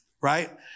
right